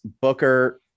Booker